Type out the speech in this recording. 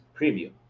preview